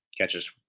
catches